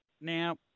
Now